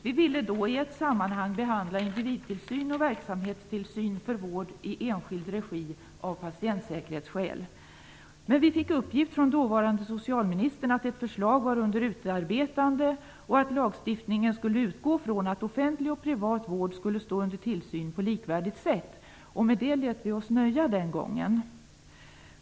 Vi ville då i ett sammanhang behandla individtillsyn och verksamhetstillsyn för vård i enskild regi av patientsäkerhetsskäl. Vi fick då uppgift av dåvarande socialministern att ett förslag var under utarbetande och att lagstiftningen skulle utgå från att offentlig och privat vård skulle stå under tillsyn på likvärdigt sätt. Med det lät vi oss nöja den gången.